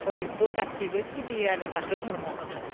बयबो गासैबो सिबियो आरो बाथौ धर्मखौनो